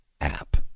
app